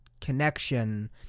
connection